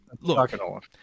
look